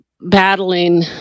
battling